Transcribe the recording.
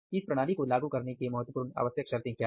इस प्रणाली को लागू करने के महत्वपूर्ण आवश्यक शर्तें क्या है